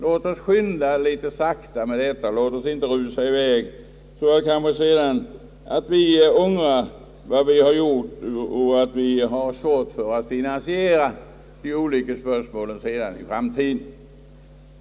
Låt oss inte rusa i väg, så att vi sedan kanske ångrar vad vi gjort och så att vi får svårigheter att finansiera de olika projekten i framtiden!